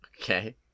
Okay